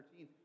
13